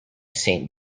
saint